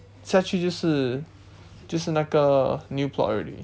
下去就是就是那个 new plot already